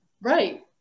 Right